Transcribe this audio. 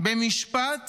במשפט